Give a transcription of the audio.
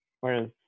whereas